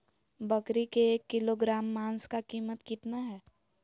बकरी के एक किलोग्राम मांस का कीमत कितना है?